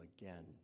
again